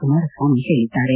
ಕುಮಾರಸ್ವಾಮಿ ಹೇಳಿದ್ದಾರೆ